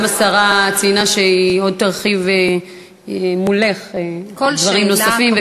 גם השרה ציינה שהיא עוד תרחיב מולך דברים נוספים,